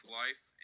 life